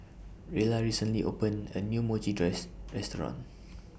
Rella recently opened A New Mochi tress Restaurant